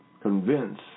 convince